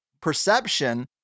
perception